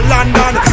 London